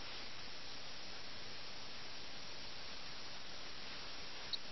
സാമൂഹ്യ പ്രതിബദ്ധത നിരസിക്കുന്നത് അനിവാര്യമായും ദീർഘകാലാടിസ്ഥാനത്തിൽ നിങ്ങൾക്ക് പ്രശ്നങ്ങൾ ഉണ്ടാക്കും